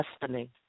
destiny